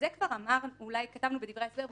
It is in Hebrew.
זה כבר כתבנו בדברי ההסבר,